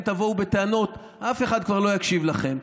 תבואו בטענות אף אחד כבר לא יקשיב לכם,